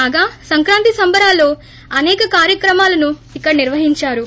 కాగా సంక్రాంతి సంబరాల్లో అసేక కార్యక్రలాపాలను ఇక్కడ నిర్వహించారు